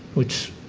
which